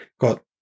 got